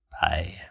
Bye